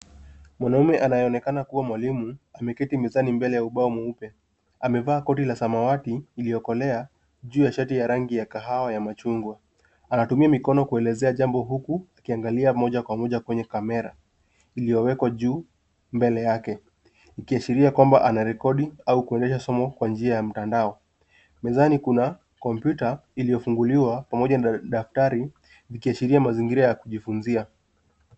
Mwanaume anayeonekana kuwa mwalimu ameketi mezani mbele ya ubao mweupe. Amevaa koti la samawati iliyokolea juu ya shati ya rangi ya kahawa ya machungwa. Anatumia mikono kuelezea kitu huku akiangalia moja kwa moja kwenye kamera iliyowekwa juu, mbele yake ikiashiria kwamba anarekodi au kuendesha somo kwa njia ya mtandao. Mezani kuna kompyuta iliyofunguliwa pamoja na daftari ikiashiria mazingira ya kujifunzia.